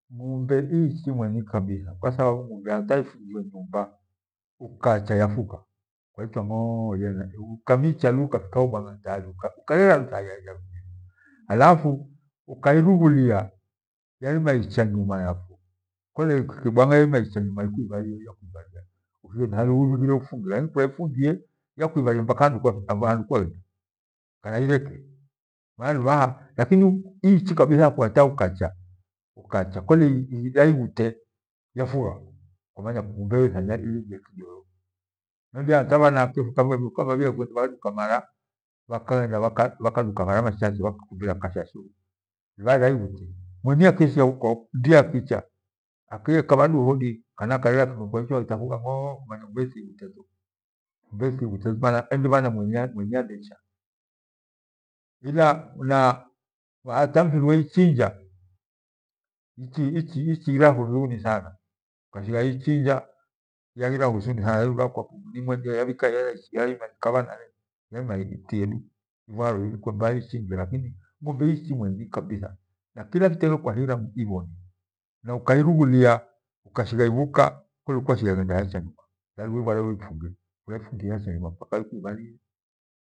Ngumbe iivhi mweni kabithe kwathababu hata ifungiwe nyumba ukacha tafugha kwaichwa njoo ukamiecha ukamkaho bwanga hata ukairughuha yairima icha nyuma yapfuro kole ikebwang’a ukashigha ikuvarie yakwivaria kole kwaipfungie yakaivaria mpaka ifuke kana ireke maana luvaha ichiichii kabila hata kole iraighute yafugha kwa maanya ku ithanya ilighiyo kiho kolea hata vanalie ukavaria vaghuduka mara vakagheada vakaduka mara machache vakakumbucaho yayo iighute, mweni akacha ndie akamicha akiekava lu hodi kana kaiva kiraghenyi kwaichwa tafugha ngoo, njumbeti tiighuteto mana mweni andecha hata mfirweichinga ichighira huzuni sanankwashigha iichinja yaghira huzuni sana mira kwaku ni mweni yavika ia yaikihua itie du mpaka ivilwe mbai ichichwe ng’umbe iichi niweni kabitha na kila kitendo kwa hira ikiboni na ukaivushudia ukashigha ivuka kole nkwashigha ivuka yacha nyuma mpaka ikuivarie. Hata marina nazi chii marina ukaiilagha nawedi nawedi yacha kwa maana vakavera nachikama luvaha kwairughia kole ukailagha nawedi nawedi yavukia kabitha yarichi lia mwana wakwe kwa kama ihohena ikana yavwia mpaka kwia handu ive kei bathi henaikyo ng’umbe iichi mweni kabitha naacha mudu there mweni yairikiayo yaaritha ituna akacha mudu nighenyi yamtuna thari ariche maana yairima inkara henaikyo ng’umbe iichi mweri kabitha. Maana akacha mdu nghenyi yatia chwi lakini kache mdu mweni andecha na mburi kwio kwio, mbari nayo ighire marina uakiilagha rina yafugha kana hata ukadu ukaikaaho bwang’a kwaichwa ntafugha mee mee iho tamanya mweni achecha naukativushulia takwivaria. Tuakivaria kabitha mpaka handu nkwaghenda. Thari utivwighere upfunge henaikyo ng’umbe na mburi tiichi veeni kabitha ni vanyama vaichi veni kuiva niveni vavavikie.